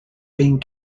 been